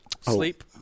Sleep